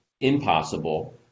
impossible